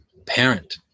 parent